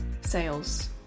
Sales